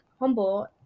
humble